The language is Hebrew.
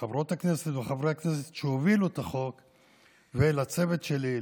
לחברות הכנסת וחברי הכנסת שהובילו את החוק ולצוות שלי,